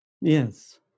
Yes